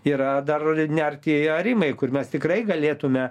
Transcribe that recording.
yra dar nearti arimai kur mes tikrai galėtume